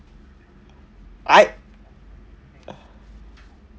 I